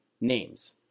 names